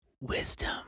wisdom